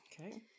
Okay